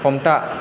हमथा